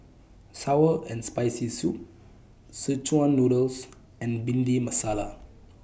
Sour and Spicy Soup Szechuan Noodles and Bhindi Masala